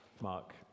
mark